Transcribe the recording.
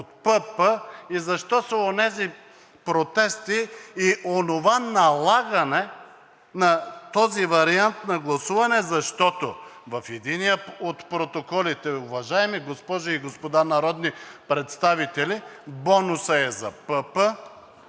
от ПП, и защо са онези протести и онова налагане на този вариант на гласуване, защото в единия от протоколите, уважаеми госпожи и господа народни представители, бонусът е за ПП,